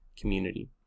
community